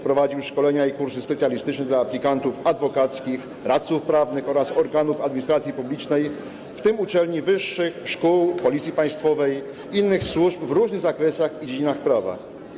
Prowadził szkolenia i kursy specjalistyczne dla aplikantów adwokackich, radców prawnych oraz organów administracji publicznej, w tym uczelni wyższych, szkół, Policji państwowej i innych służb w różnych zakresach i dziedzinach prawa.